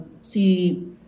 see